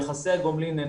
יחסי הגומלין הם